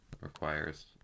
requires